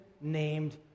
named